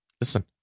listen